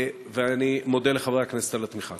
ואני מודה לחברי הכנסת על התמיכה.